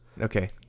Okay